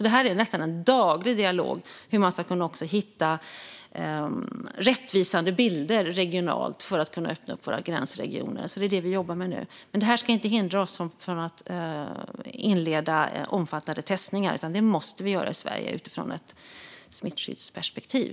Det är nästan en daglig dialog om hur man ska kunna hitta rättvisande regionala bilder för att kunna öppna upp våra gränsregioner. Det jobbar vi med nu. Men det ska inte hindra oss från att inleda omfattande testningar i Sverige. Det måste vi göra utifrån ett smittskyddsperspektiv.